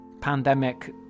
pandemic